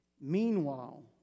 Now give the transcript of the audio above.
Meanwhile